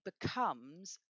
becomes